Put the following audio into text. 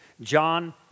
John